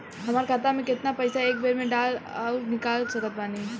हमार खाता मे केतना पईसा एक बेर मे डाल आऊर निकाल सकत बानी?